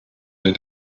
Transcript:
the